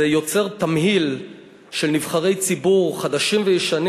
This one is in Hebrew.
זה יוצר תמהיל של נבחרי ציבור חדשים וישנים